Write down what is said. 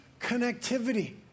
connectivity